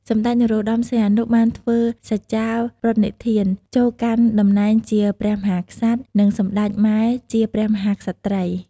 សម្តេច នរោត្តម សីហនុ បានធ្វើសច្ចាប្រណិធាន ចូលកាន់តំណែងជាព្រះមហាក្សត្រ និងសម្តេច ម៉ែ ជាព្រះមហាក្សត្រី។